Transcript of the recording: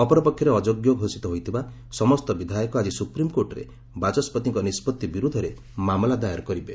ଅପରପକ୍ଷରେ ଅଯୋଗ୍ୟ ଘୋଷିତ ହୋଇଥିବା ସମସ୍ତ ବିଧାୟକ ଆଜି ସୁପ୍ରିମ୍କୋର୍ଟରେ ବାଚସ୍ୱତିଙ୍କ ନିଷ୍ପତ୍ତି ବିରୁଦ୍ଧରେ ମାମଲା ଦାୟର କରିବେ